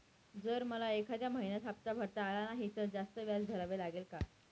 जर मला एखाद्या महिन्यात हफ्ता भरता आला नाही तर जास्त व्याज भरावे लागेल का?